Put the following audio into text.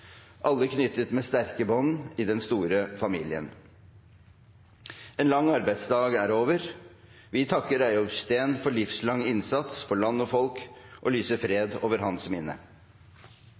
i den store familien var knyttet sammen med sterke bånd. En lang arbeidsdag er over. Vi takker Reiulf Steen for livslang innsats for land og folk og lyser fred over hans minne.